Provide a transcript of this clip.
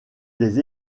des